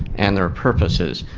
and their purposes.